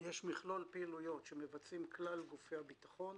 יש מכלול פעילויות שמבצעים כלל גופי הביטחון,